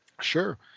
Sure